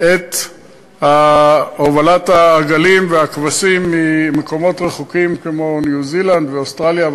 את הובלת העגלים והכבשים ממקומות רחוקים כמו ניו-זילנד ואוסטרליה,